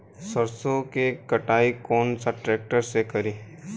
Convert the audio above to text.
सरसों के कटाई कौन सा ट्रैक्टर से करी?